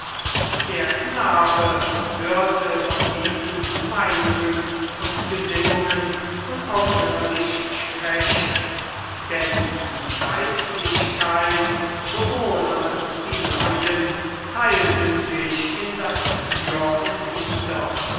der knabe hörte von diesen meinungen und gesinnungen unaufhörlich sprechen denn die geistlichkeit sowohl als die laien teilten sich in das für und wider